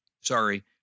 sorry